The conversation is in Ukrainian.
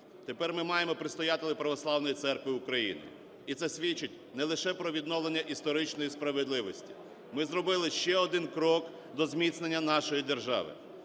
Тепер ми маємо Предстоятеля Православної Церкви України. І це свідчить не лише про відновлення історичної справедливості, ми зробили ще один крок до зміцнення нашої держави.